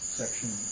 section